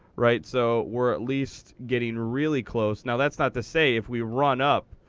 right, so we're at least getting really close. now that's not to say if we run up,